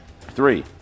three